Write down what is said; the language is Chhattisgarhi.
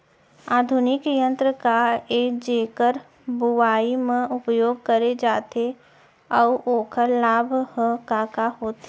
आधुनिक यंत्र का ए जेकर बुवाई म उपयोग करे जाथे अऊ ओखर लाभ ह का का होथे?